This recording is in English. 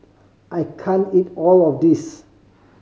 I can't eat all of this